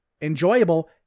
enjoyable